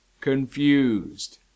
Confused